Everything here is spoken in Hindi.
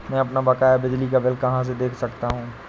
मैं अपना बकाया बिजली का बिल कहाँ से देख सकता हूँ?